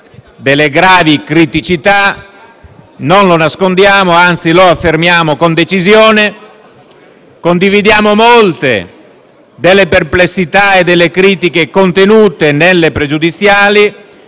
delle gravi criticità: non lo nascondiamo e, anzi, lo affermiamo con decisione. Condividiamo molte delle perplessità e delle critiche contenute nelle questioni